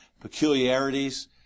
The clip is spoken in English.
peculiarities